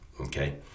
okay